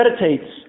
meditates